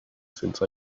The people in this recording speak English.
since